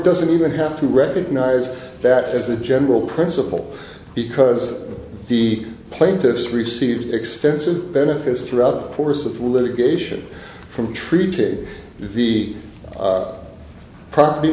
doesn't even have to recognize that as a general principle because the plaintiffs received extensive benefits throughout the course of litigation from treated the property